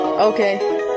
Okay